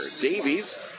Davies